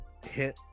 hit